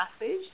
message